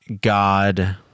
God